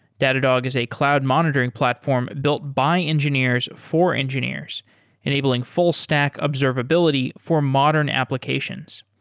datadog is a cloud monitoring platform built by engineers for engineers enabling full stack observability for modern applications.